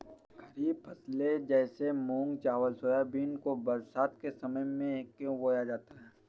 खरीफ फसले जैसे मूंग चावल सोयाबीन को बरसात के समय में क्यो बोया जाता है?